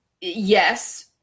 yes